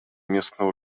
местные